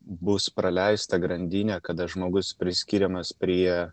bus praleista grandinė kada žmogus priskiriamas prie